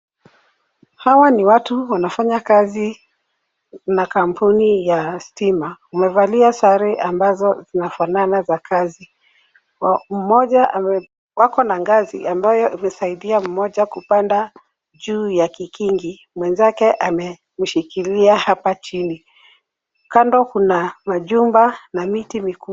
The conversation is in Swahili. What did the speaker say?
Hawa ni watu wanafanyakazi na kampuni ya stima. Wamevalia sare ambazo zinafanana za kazi. Wako na ngazi ambayo imesaidia mmoja kupanda juu ya kikingi, mwenzake amemshikilia hapa chini. Kando kuna majumba na miti mikubwa.